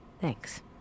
Thanks